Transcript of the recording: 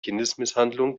kindesmisshandlung